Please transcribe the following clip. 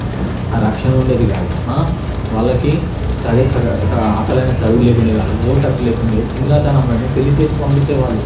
ఆ రక్షణ ఉండేది కాదు వాళ్లకి చ అసలైన చదువు లేకుండే కాదు ఓటు హక్కు లేకుండే చిన్నతనంలోనే పెళ్ళిచేసి పంపించే వాళ్ళు